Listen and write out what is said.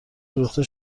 فروخته